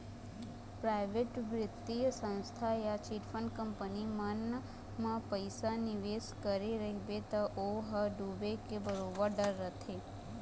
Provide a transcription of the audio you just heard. private बित्तीय संस्था या चिटफंड कंपनी मन म पइसा निवेस करे रहिबे त ओ ह डूबे के बरोबर डर रहिथे